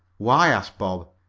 why? asked bob.